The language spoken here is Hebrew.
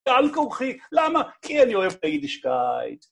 בעל כורחי, למה? כי אני אוהב היידישקייט.